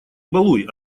балуй